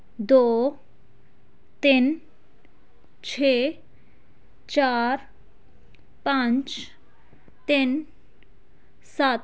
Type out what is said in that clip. ਦੋ ਤਿੰਨ ਛੇ ਚਾਰ ਪੰਜ ਤਿੰਨ ਸੱਤ